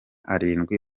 arindwi